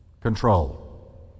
control